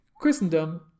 Christendom